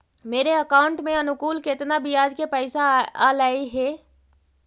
मेरे अकाउंट में अनुकुल केतना बियाज के पैसा अलैयहे?